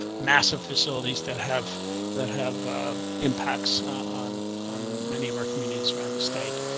massive facilities that have that have impacts on many of our communities around the state.